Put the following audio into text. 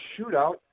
shootout